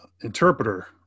interpreter